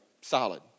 solid